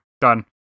Done